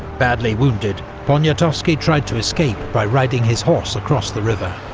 badly wounded, poniatowski tried to escape by riding his horse across the river.